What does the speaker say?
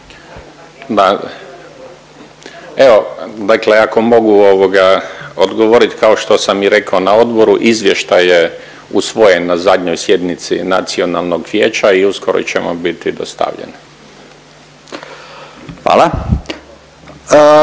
Ma evo dakle ako mogu odgovorit kao što sam rekao i na odboru, izvještaj je usvojen na zadnjoj sjednici nacionalnog vijeća i uskoro će vam biti dostavljene.